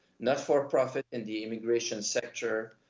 not-for-profit in the immigration sector,